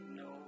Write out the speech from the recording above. no